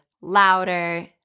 louder